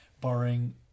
barring